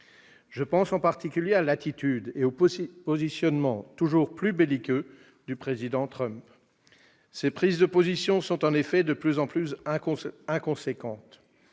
Je pense en particulier à l'attitude et aux positionnements toujours plus belliqueux du Président Trump. Ses prises de position sont en effet de plus en plus inconséquentes.